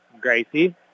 Gracie